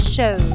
Show